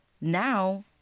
now